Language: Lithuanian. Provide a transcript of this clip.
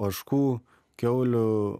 ožkų kiaulių